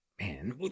Man